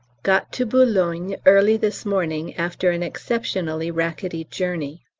got to boulogne early this morning after an exceptionally rackety journey,